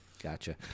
Gotcha